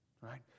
Right